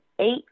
Eight